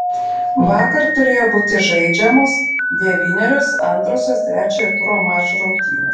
vakar turėjo būti žaidžiamos devynerios antrosios trečiojo turo mačų rungtynės